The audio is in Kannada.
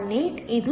18 ಇದು 0